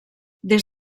des